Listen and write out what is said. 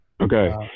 Okay